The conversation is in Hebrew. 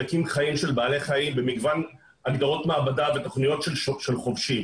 חיים נבדקים חיים במגוון הגדרות מעבדה ותוכניות של חובשים.